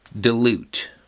dilute